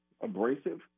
abrasive